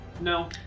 no